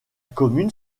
commune